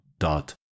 dot